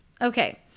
Okay